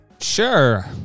Sure